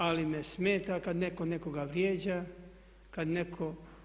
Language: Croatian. Ali me smeta kad netko nekoga vrijeđa, kad netko.